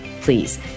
Please